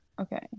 okay